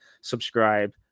subscribe